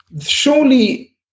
Surely